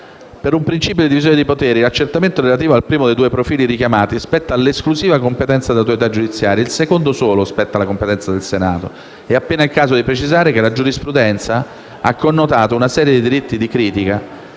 Per un principio di divisione dei poteri l'accertamento relativo al primo dei due profili richiamati spetta all'esclusiva competenza dell'autorità giudiziaria, mentre solo il secondo spetta alla competenza del Senato. È appena il caso di precisare che la giurisprudenza ha connotato una serie di diritti di critica: